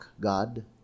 God